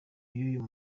y’uyu